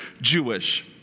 Jewish